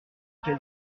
quel